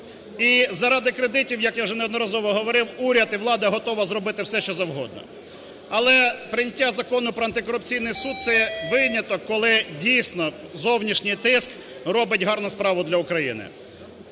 і заради кредитів, як я вже неодноразово говорив, уряд і влада готові зробити все, що завгодно. Але прийняття Закону про антикорупційний суд – це виняток, коли, дійсно, зовнішній тиск робить гарну справу для України.